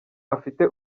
afite